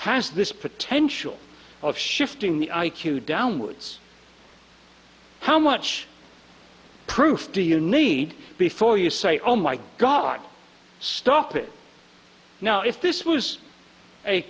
has this potential of shifting the i q downwards how much proof do you need before you say oh my god stop it now if this was a